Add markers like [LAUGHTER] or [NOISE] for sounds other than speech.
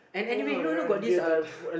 oh-my-god I'm bearded [BREATH]